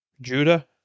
Judah